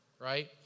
right